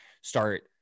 start